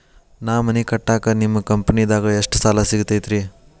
ನಾ ಮನಿ ಕಟ್ಟಾಕ ನಿಮ್ಮ ಕಂಪನಿದಾಗ ಎಷ್ಟ ಸಾಲ ಸಿಗತೈತ್ರಿ?